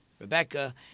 Rebecca